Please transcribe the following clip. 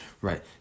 right